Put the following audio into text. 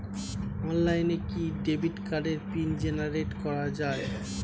অনলাইনে কি ডেবিট কার্ডের পিন জেনারেট করা যায়?